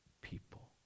people